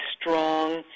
strong